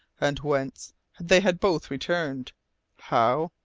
and whence they had both returned how?